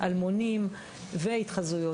אלמונים והתחזות.